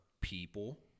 people